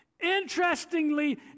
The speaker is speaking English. Interestingly